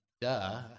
duh